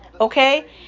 Okay